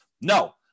no